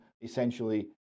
essentially